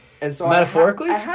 Metaphorically